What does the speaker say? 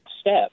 step